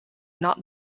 not